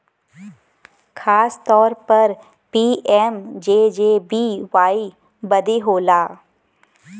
खासतौर पर पी.एम.जे.जे.बी.वाई बदे होला